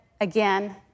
again